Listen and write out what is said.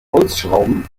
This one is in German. holzschrauben